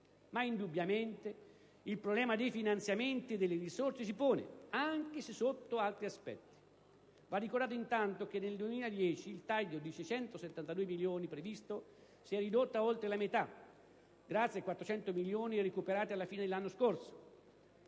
Ma indubbiamente il problema dei finanziamenti e delle risorse si pone, anche se sotto altri aspetti. Va ricordato intanto che nel 2010 il taglio di 672 milioni previsto si è ridotto di oltre la metà, grazie ai 400 milioni recuperati alla fine dello scorso